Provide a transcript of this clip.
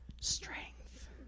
strength